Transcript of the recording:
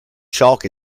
chalk